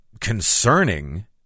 concerning